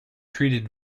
treated